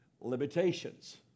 limitations